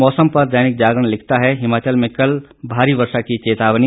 मौसम पर दैनिक जागरण लिखता है हिमाचल में कल भारी वर्षा की चेतावनी